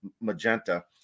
magenta